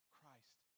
Christ